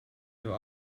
their